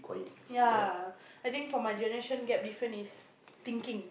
yeah I think for my generation gap different is thinking